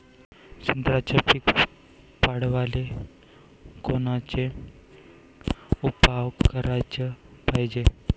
संत्र्याचं पीक वाढवाले कोनचे उपाव कराच पायजे?